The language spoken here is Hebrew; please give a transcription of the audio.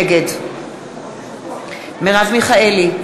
נגד מרב מיכאלי,